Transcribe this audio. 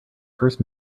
first